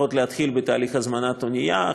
לפחות להתחיל בתהליך הזמנת אונייה,